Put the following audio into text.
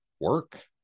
work